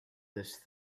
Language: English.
this